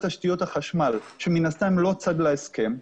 תשתיות החשמל שמן הסתם לא צד להסכם,